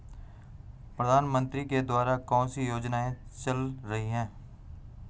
प्रधानमंत्री के द्वारा कौनसी योजनाएँ चल रही हैं?